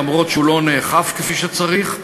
אף שהוא לא נאכף כפי שצריך.